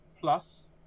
plus